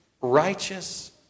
righteous